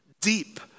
Deep